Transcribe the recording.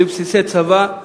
לבסיסי צבא,